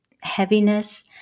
heaviness